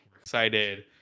excited